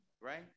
Right